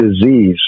disease